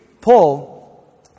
Paul